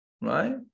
Right